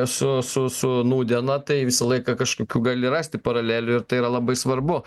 su su su nūdiena tai visą laiką kažkokių gali rasti paralelių ir tai yra labai svarbu